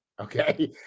Okay